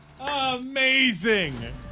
Amazing